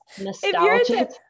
nostalgic